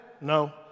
No